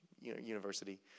university